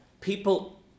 people